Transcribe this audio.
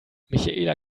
michaela